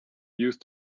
use